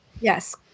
Yes